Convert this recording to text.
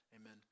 Amen